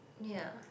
ya